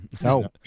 No